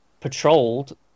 patrolled